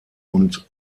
und